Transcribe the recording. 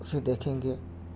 سے دیکھیں گے